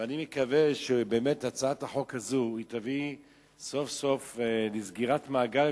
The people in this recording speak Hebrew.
ואני מקווה שבאמת הצעת החוק הזו תביא סוף סוף לסגירת המעגל,